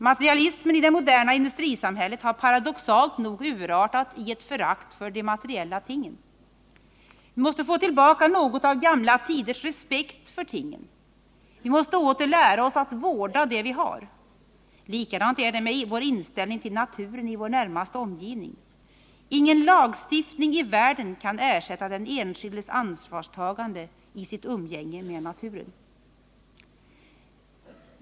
Materialismen i det moderna industrisamhället har paradoxalt nog urartat i ett förakt för de materiella tingen. Vi måste få tillbaka något av gamla tiders respekt för tingen. Vi måste åter lära oss att vårda det vi har. Likadant är det med vår inställning till naturen i vår närmaste omgivning. Ingen lagstiftning i världen kan ersätta den enskildes ansvarstagande i hans umgänge med naturen.